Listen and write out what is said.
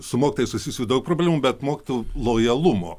su mokytojais susijusių daug problemų bet mokytojų lojalumo